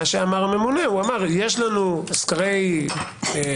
מה שאמר הממונה יש לנו סקרי משוב